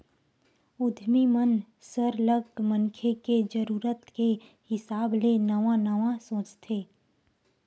उद्यमी मन सरलग मनखे के जरूरत के हिसाब ले नवा नवा सोचथे